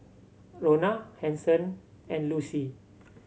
Rona Hanson and Lucy